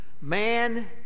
Man